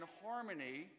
harmony